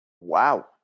Wow